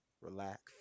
relax